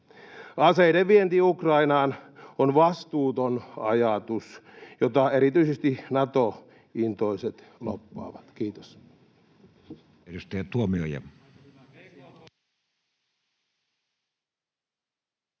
Aseiden vienti Ukrainaan on vastuuton ajatus, jota erityisesti Nato-intoiset lobbaavat. — Kiitos.